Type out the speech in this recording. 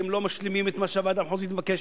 כי הם לא משלימים את מה שהוועדה המחוזית מבקשת,